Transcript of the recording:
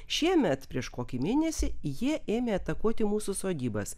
šiemet prieš kokį mėnesį jie ėmė atakuoti mūsų sodybas